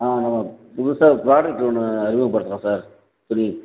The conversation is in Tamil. ஆ ஆ புதுசாக ப்ராடக்ட் ஒன்று அறிமுகப்படுத்துகிறோம் சார் ஃப்ரீ